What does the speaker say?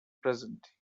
present